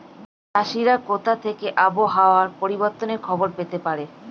চাষিরা কোথা থেকে আবহাওয়া পরিবর্তনের খবর পেতে পারে?